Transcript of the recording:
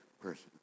person